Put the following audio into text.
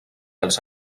els